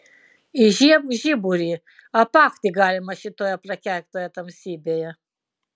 įžiebk žiburį apakti galima šitoje prakeiktoje tamsybėje